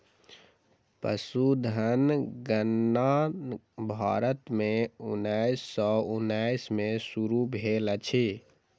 पशुधन गणना भारत में उन्नैस सौ उन्नैस में शुरू भेल अछि